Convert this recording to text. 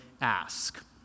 ask